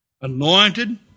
anointed